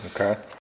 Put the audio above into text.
okay